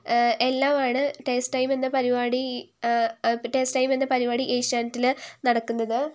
എല്ലാമാണ് taste time എന്ന പരിപാടി ടേസ്റ്റ് ടൈം എന്ന പരിപാടി ഏഷ്യാനെറ്റിൽ നടക്കുന്നത്